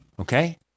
Okay